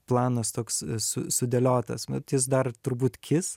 planas toks su sudėliotas bet jis dar turbūt kis